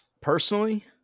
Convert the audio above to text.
Personally